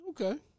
Okay